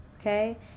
okay